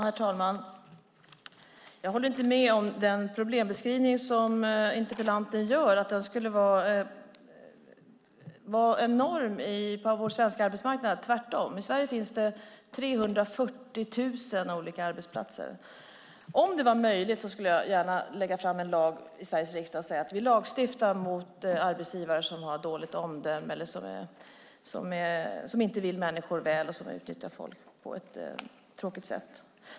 Herr talman! Jag håller inte med om den problembeskrivning som interpellanten gör att problemet skulle vara enormt på vår svenska arbetsmarknad, tvärtom. I Sverige finns det 340 000 olika arbetsplatser. Om det vore möjligt skulle jag gärna lägga fram en lag i Sveriges riksdag och säga att vi lagstiftar mot arbetsgivare som har dåligt omdöme eller som inte vill människor väl och som utnyttjar folk på ett tråkigt sätt.